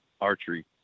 archery